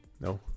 No